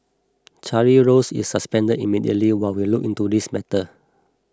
Charlie Rose is suspended immediately while we look into this matter